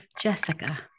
Jessica